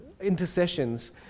intercessions